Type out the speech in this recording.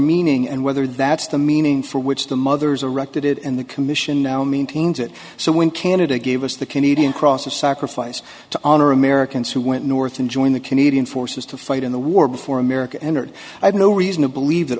meaning and whether that's the meaning for which the mothers arrested in the commission now maintains it so when canada gave us the canadian cross of sacrifice to honor americans who went north and joined the canadian forces to fight in the war before america entered i have no reason to believe that